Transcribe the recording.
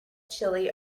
chile